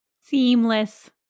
Seamless